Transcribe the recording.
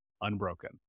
unbroken